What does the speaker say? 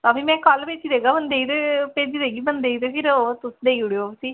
ते में कल्ल भेजी देगी बंदे ई ते बंदे भेजी ते तुस देई ओड़े उसी